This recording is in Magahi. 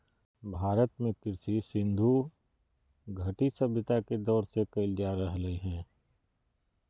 भारत में कृषि सिन्धु घटी सभ्यता के दौर से कइल जा रहलय हें